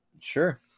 sure